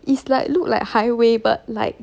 it's like look like highway but like